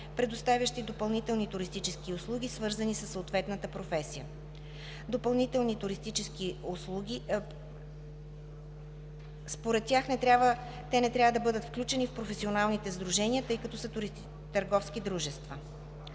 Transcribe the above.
предоставящи допълнителни туристически услуги, свързани със съответната професия. Според тях те не трябва да бъдат включени в професионалните сдружения, тъй като са търговски дружества.